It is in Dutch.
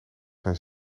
zijn